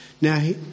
Now